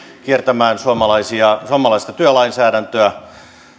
kiertämään suomalaista työlainsäädäntöä